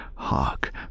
Hark